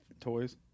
toys